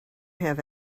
have